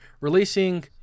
Releasing